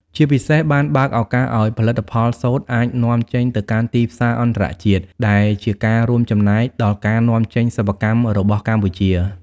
ជាពិសេសបានបើកឱកាសឲ្យផលិតផលសូត្រអាច នាំចេញទៅកាន់ទីផ្សារអន្តរជាតិ ដែលជាការរួមចំណែកដល់ការនាំចេញសិប្បកម្មរបស់កម្ពុជា។